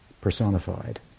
personified